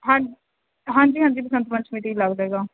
ਹਾਂਜੀ ਹਾਂਜੀ ਹਾਂਜੀ ਬਸੰਤ ਪੰਚਮੀ 'ਤੇ ਹੀ ਲੱਗਦਾ ਹੈਗਾ